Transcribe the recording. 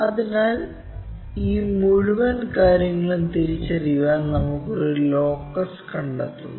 അതിനാൽ ഈ മുഴുവൻ കാര്യങ്ങളും തിരിച്ചറിയാൻ നമ്മൾ ഒരു ലോക്കസ് കണ്ടെത്തുന്നു